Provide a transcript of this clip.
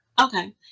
Okay